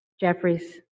Jeffries